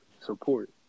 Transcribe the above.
Support